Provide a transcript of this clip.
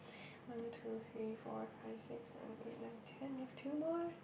one two three four five six seven eight nine ten we have two more